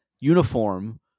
uniform